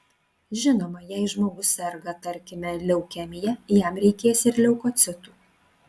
žinoma jei žmogus serga tarkime leukemija jam reikės ir leukocitų